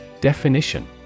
Definition